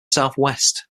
southwest